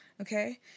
okay